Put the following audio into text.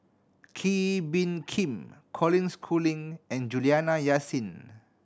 Kee Bee Khim Colin Schooling and Juliana Yasin